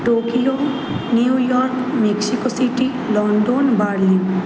Tokyo New York Mexico city London Berlin